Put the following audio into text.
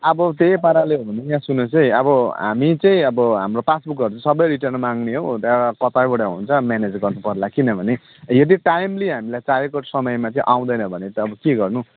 अब त्यही पाराले हो भने यहाँ सुन्नुहोस् है अब हामी चाहिँ अब हाम्रो पासबुकहरू सबै रिटर्न माग्ने हो त्यहाँबाट कताबाट हुन्छ म्यानेज गर्नुपर्ला किनभने यदि टाइम्ली हामीलाई चाहेको समयमा चाहिँ आउँदैन भने त अब के गर्नु